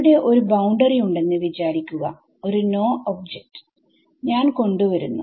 ഇവിടെ ഒരു ബൌണ്ടറി ഉണ്ടെന്ന് വിചാരിക്കുക ഒരു നോ ഒബ്ജെക്റ്റ് ഞാൻ കൊണ്ട് വരുന്നു